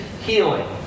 healing